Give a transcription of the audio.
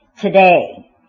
today